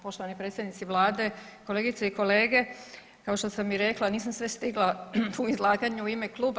Poštovani predsjednici vlade, kolegice i kolege kao što sam i rekla nisam sve stigla u izlaganju u ime kluba.